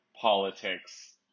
politics